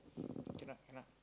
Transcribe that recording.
cannot cannot